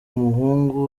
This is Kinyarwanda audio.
umuhungu